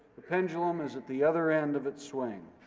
pendulum is at the other end of its swing.